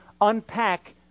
unpack